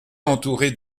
entourés